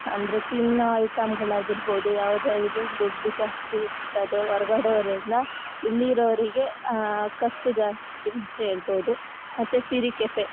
ಅಂದರೆ ತಿನ್ನೊ ಐಟಮ್ಗುಳಾರ್ಗಿರ್ಬೋದು ಯಾವುದೇ ಇದು ದುಡ್ಡು ಜಾಸ್ತಿ ಆಗ್ತದೆ ಹೊರ್ಗಡೆ ಅವರೆಲ್ಲ ಇಲ್ಲಿ ಇರೋರಿಗೆ ಖರ್ಚು ಜಾಸ್ತಿ ಅಂತ ಹೇಳ್ಬೌದು ಮತ್ತು ಸಿರಿ ಕೆಫೆ